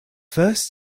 first